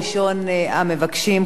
ראשון המבקשים,